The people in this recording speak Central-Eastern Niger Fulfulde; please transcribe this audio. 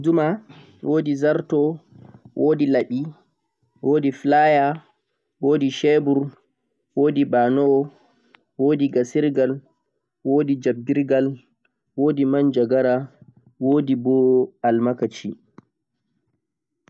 wodi guduma, wodi zarto, wodi labbe, wodi flaya, wodi shebur, wodi banowo, wodi gasirgar, wodi jabbirgal, modi manjagara wodi booo almakashi